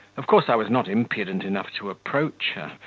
of course, i was not impudent enough to approach her,